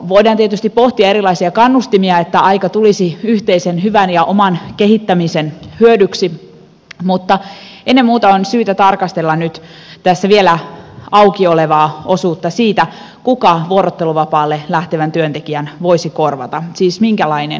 voidaan tietysti pohtia erilaisia kannustimia että aika tulisi yhteisen hyvän ja oman kehittämisen hyödyksi mutta ennen muuta on syytä tarkastella nyt tässä vielä auki olevaa osuutta siitä kuka vuorotteluvapaalle lähtevän työntekijän voisi korvata siis minkälainen työtön